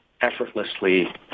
effortlessly